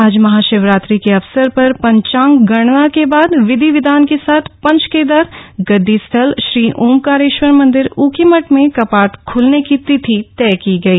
आज महाशिवरात्रि के अवसर पर पंचाग गणना के बाद विधि विधान के लिए पंचकेदार गद्दीस्थल श्री ओंकारेश्वर मंदिर उखीमठ में कपाट ख्लने की तिथि तय की साथ गयी